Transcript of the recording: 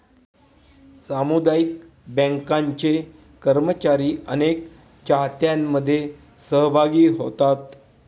सामुदायिक बँकांचे कर्मचारी अनेक चाहत्यांमध्ये सहभागी होतात